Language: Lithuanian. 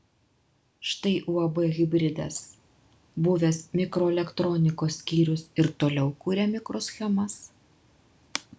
štai uab hibridas buvęs mikroelektronikos skyrius ir toliau kuria mikroschemas